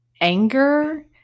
anger